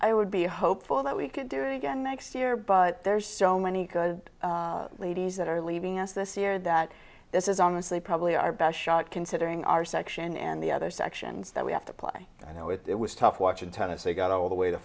i would be hopeful that we could do it again next year but there's so many good ladies that are leaving us this year that this is honestly probably our best shot considering our section and the other sections that we have to play i know it was tough watching tennis they got all the way to